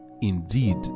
indeed